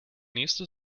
nächste